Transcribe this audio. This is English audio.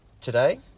today